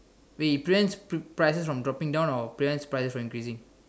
wait it prevents prices from dropping down or prevents prices from increasing